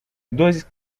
dois